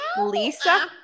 Lisa